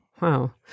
wow